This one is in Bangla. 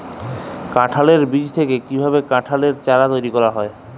কাঁঠালের বীজ থেকে কীভাবে কাঁঠালের চারা তৈরি করা হয়?